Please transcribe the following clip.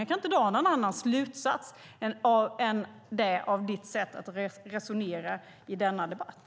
Jag kan inte dra någon annan slutsats än det av ditt sätt att resonera i denna debatt.